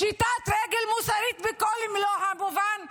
פשיטת רגל מוסרית במלוא מובן המילה.